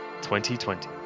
2020